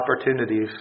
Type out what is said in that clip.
opportunities